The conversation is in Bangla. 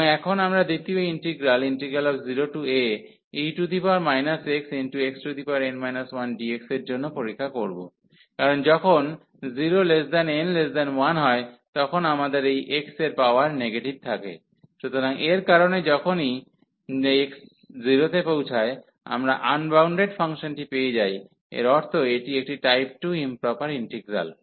এবং এখন আমরা দ্বিতীয় ইন্টিগ্রাল 0ae xxn 1dx এর জন্য পরীক্ষা করব কারণ যখন 0n1 হয় তখন আমাদের এই x এর পাওয়ার নেগেটিভ থাকে সুতরাং এর কারণেই যখন x 0 তে পৌঁছায় আমরা আনবাউন্ডেড ফাংশনটি পেয়ে যাই এর অর্থ এটি একটি টাইপ 2 ইম্প্রপার ইন্টিগ্রাল